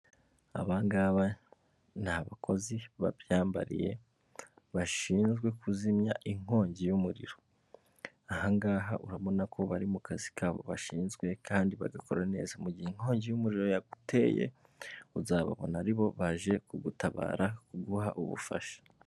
Aba ngaba ni abakozi babyambariye bashinzwe kuzimya inkongi y'umuriro, aha ngaha urabona ko bari mu kazi kabo bashinzwe kandi bagakora neza, mu gihe inkongi y'umuriro yaguteye uzababona aribo baje kugutabara kuguha ubufasha.